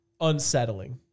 unsettling